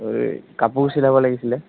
এই কাপোৰ চিলাব লাগিছিলে